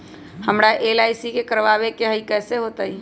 हमरा एल.आई.सी करवावे के हई कैसे होतई?